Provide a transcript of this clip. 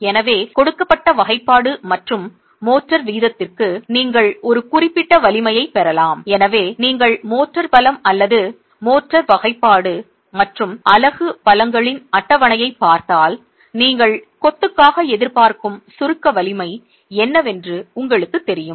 எனவே கொடுக்கப்பட்ட வகைப்பாடு மற்றும் மோர்டார் விகிதத்திற்கு நீங்கள் ஒரு குறிப்பிட்ட வலிமையைப் பெறலாம் எனவே நீங்கள் மோர்டார் பலம் அல்லது மோர்டார் வகைப்பாடு மற்றும் அலகு பலங்களின் அட்டவணையைப் பார்த்தால் நீங்கள் கொத்துக்காக எதிர்பார்க்கும் சுருக்க வலிமை என்னவென்று உங்களுக்குத் தெரியும்